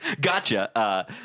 Gotcha